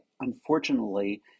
unfortunately